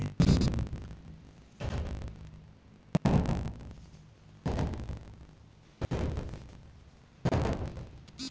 आज के बेरा म जमीन जघा के लेवब म बनेच मुनाफा हे अइसन म मनसे मन बरोबर ओइ कोइत खिंचाय ल धर लिये हावय